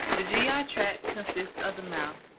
the gi ah tract consists of the mouth.